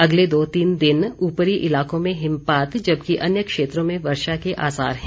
अगले दो तीन दिन ऊपरी इलाकों में हिमपात जबकि अन्य क्षेत्रों में वर्षा के आसार हैं